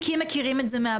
כי מכירים את זה מהבית.